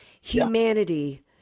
Humanity